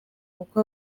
kuko